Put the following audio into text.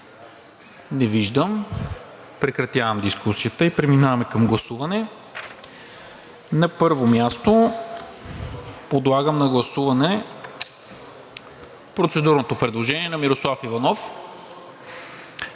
Не виждам. Прекратявам дискусията и преминаваме към гласуване. На първо място, подлагам на гласуване процедурното предложение на Мирослав Иванов